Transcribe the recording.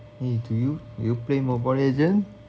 !hey! do you do you play mobile legend